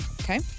Okay